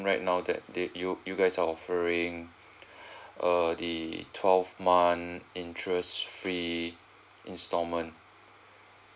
right now that that you you guys are offering err the twelve month interest free installment